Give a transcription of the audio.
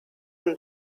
and